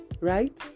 right